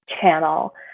channel